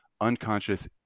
unconscious